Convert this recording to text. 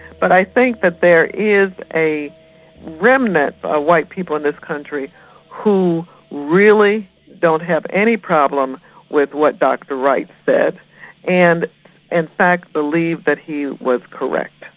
but i think that there is a remnant of white people in this country who really don't have any problem with what dr wright said and in fact believe that he was correct,